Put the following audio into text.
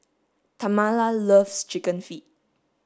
Tamala loves chicken feet